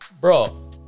Bro